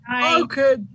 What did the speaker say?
Okay